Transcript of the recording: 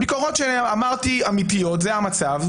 הביקורות שאמרתי אמתיות, זה המצב.